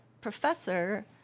professor